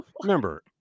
remember